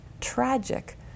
tragic